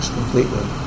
completely